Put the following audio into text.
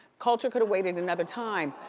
kulture coulda waited another time.